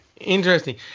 interesting